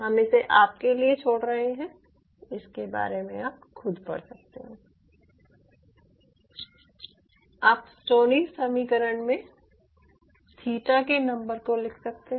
हम इसे आप के लिए छोड़ रहे हैं इसके बारे में आप खुद पढ़ सकते हैं आप स्टोनीज़ समीकरण में थीटा के नंबर को लिख सकते हैं